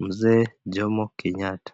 mzee Jomo Kenyatta.